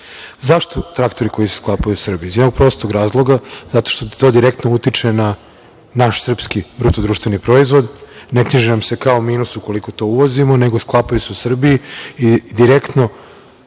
Zašto traktori koji se sklapaju u Srbiji? Iz jednog prostog razloga, zato što to direktno utiče na naš srpski BDP, ne knjiži nam se kao minus ukoliko to uvozimo, nego sklapaju se u Srbiji i direktno